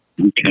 Okay